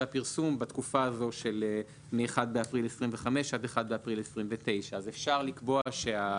הפרסום בתקופה שמ-1 באפריל 2025 עד 1 באפריל 2029. אנחנו